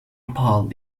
pile